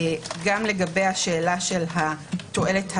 גם לגבי השאלה של התועלת הישירה,